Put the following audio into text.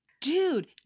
Dude